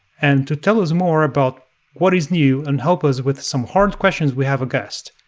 and to tell us more about what is new and help us with some hard questions, we have a guest.